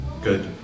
good